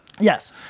Yes